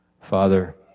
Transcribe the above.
Father